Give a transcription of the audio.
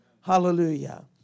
Hallelujah